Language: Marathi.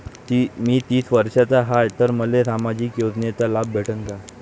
मी तीस वर्षाचा हाय तर मले सामाजिक योजनेचा लाभ भेटन का?